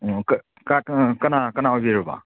ꯑꯣ ꯀꯅꯥ ꯀꯅꯥ ꯀꯅꯥ ꯑꯣꯏꯕꯤꯔꯕ